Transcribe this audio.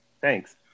thanks